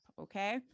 okay